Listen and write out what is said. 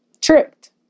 tricked